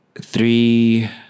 three